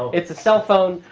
it's a cell phone.